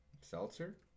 Seltzer